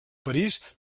parís